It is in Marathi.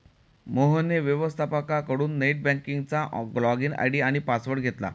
मोहनने व्यवस्थपकाकडून नेट बँकिंगचा लॉगइन आय.डी आणि पासवर्ड घेतला